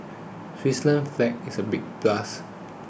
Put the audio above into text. Switzerland's flag is a big plus